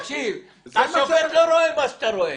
תקשיב, השופט לא רואה את מה שאתה רואה.